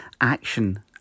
action